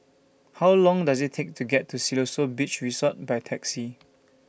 How Long Does IT Take to get to Siloso Beach Resort By Taxi